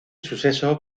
suceso